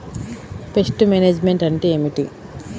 Pest management అంటే ఏమిటి?